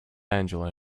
angela